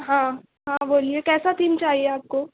ہاں ہاں بولیے کیسا تین چاہئے آپ کو